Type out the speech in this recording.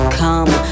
come